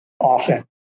often